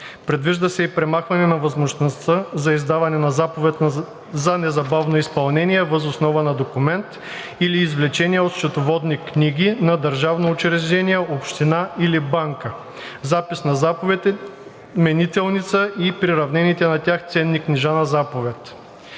Предвижда се и премахване на възможността за издаване на заповед за незабавно изпълнение въз основа на документ или извлечение от счетоводни книги на държавно учреждение, община или банка, запис на заповед, менителница и приравнените на тях ценни книжа на заповед.